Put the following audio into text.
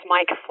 Mike